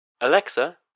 Alexa